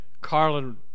Carlin